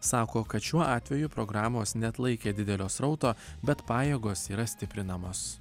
sako kad šiuo atveju programos neatlaikė didelio srauto bet pajėgos yra stiprinamos